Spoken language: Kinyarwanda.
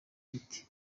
bite